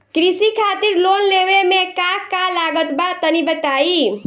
कृषि खातिर लोन लेवे मे का का लागत बा तनि बताईं?